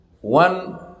one